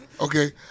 Okay